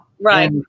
Right